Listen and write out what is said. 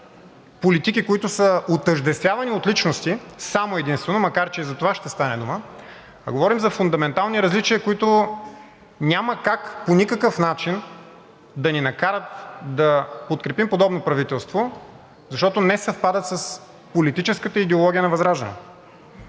политики, които са отъждествявани само и единствено от личности, макар че и за това ще стане дума, а говорим за фундаментални различия, които няма как по никакъв начин да ни накарат да подкрепим подобно правителство, защото не съвпадат с политическата идеология на ВЪЗРАЖДАНЕ.